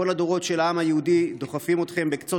כל הדורות של העם היהודי דוחפים אתכם בקצות